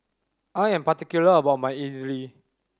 I am particular about my idly